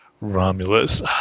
Romulus